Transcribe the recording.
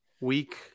week